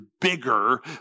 bigger